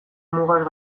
mugaz